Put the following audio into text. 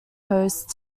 host